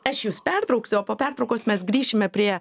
aš jus pertrauksiu o po pertraukos mes grįšime prie